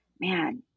man